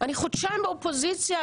אני חודשיים באופוזיציה.